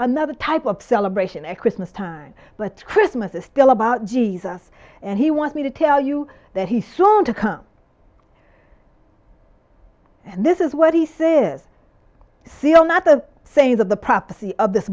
another type of celebration at christmas time but christmas is still about jesus and he wants me to tell you that he saw and to come and this is what he said is still not to say that the